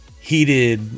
heated